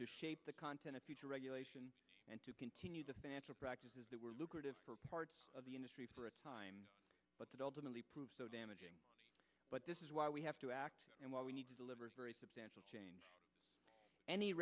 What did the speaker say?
to shape the content of future regulation and to continue to financial practices that were lucrative for parts of the industry for a time but that ultimately proved so damaging but this is why we have to act and what we need to deliver is very substantial change any